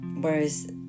whereas